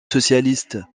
socialiste